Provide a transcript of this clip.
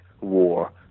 war